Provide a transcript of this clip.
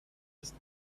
ist